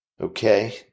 Okay